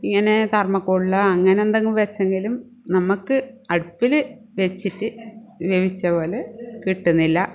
ഇങ്ങനെ തെർമ്മോക്കോളിലോ അങ്ങനെ എന്തെങ്കിലും വച്ചിട്ടെങ്കിലും നമ്മൾക്ക് അടുപ്പിൽ വച്ചിട്ട് വേവിച്ചപോലെ കിട്ടുന്നില്ല